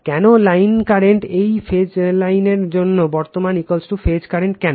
কেন line current এই phase লাইনের জন্য বর্তমান ফেজ কারেন্ট কেন